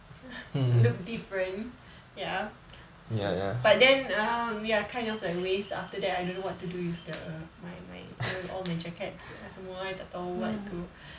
look different ya but then um ya kind of like waste after that I don't know what to do with the my my all all my jackets semua I tak tahu